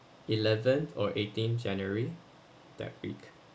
eleven or eighteen january that week